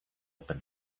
open